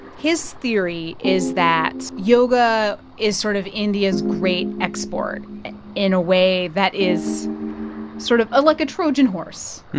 his theory is that yoga is sort of india's great export in a way that is sort of like a trojan horse.